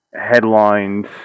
headlines